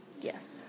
yes